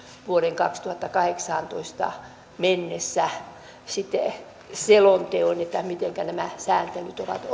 vuoden kaksituhattakahdeksantoista loppuun mennessä selonteon miten nämä sääntelyt ovat